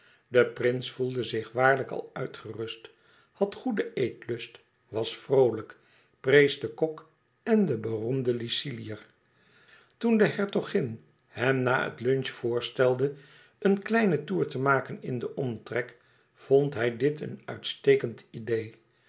de prins voelde zich waarlijk al uitgerust had goeden eetlust was vroolijk prees den kok en den beroemden lyciliër toen de hertogin hem na het lunch voorstelde een kleinen toer te maken in den omtrek vond hij dit een uitstekend idee